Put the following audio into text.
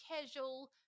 casual